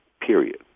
period